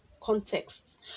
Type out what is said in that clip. contexts